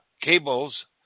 cables